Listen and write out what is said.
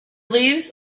leaves